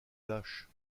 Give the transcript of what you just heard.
lâches